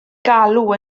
galw